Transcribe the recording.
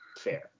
Fair